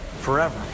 forever